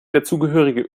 dazugehörige